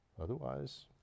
otherwise